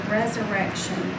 resurrection